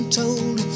told